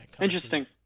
Interesting